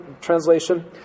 translation